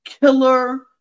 Killer